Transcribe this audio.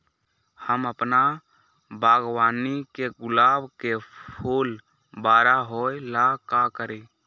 हम अपना बागवानी के गुलाब के फूल बारा होय ला का करी?